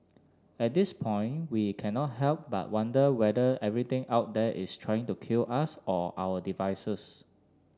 at this point we cannot help but wonder whether everything out there is trying to kill us or our devices